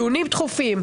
לקיים דיונים תכופים.